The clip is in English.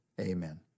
Amen